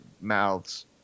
mouths